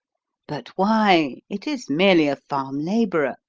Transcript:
but why? it is merely a farm labourer,